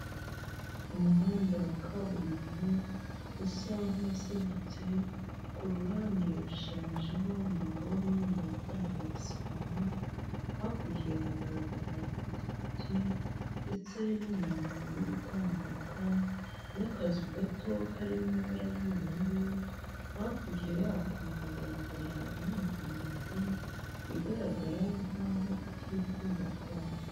Umuhanda wa kaburimbo usa nk'uwasadutse ku ruhande hashushanyijeho umurongo w'umweru watangiye gusibama, hakurya hagaragara ipikipiki ndetse n'umuntu uri gutambuka n'akazu gato kari mu ibara ry'ubururu, hakurya yako hagaragara inyubako ndende igaragara nk'aho ikiri kubakwa.